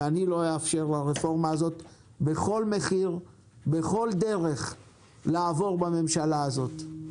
ואני לא אאפשר לרפורמה הזאת בכל מחיר ובכל דרך לעבור בממשלה הזאת.